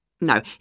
No